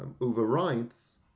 Overrides